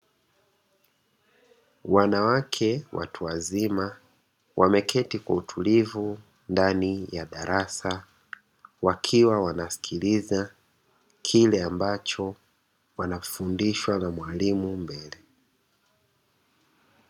Wanawake watu wazima wameketi kwa utulivu ndani ya darasa, wakiwa wanasikiliza kile ambacho wanafundishwa na mwalimu mbele.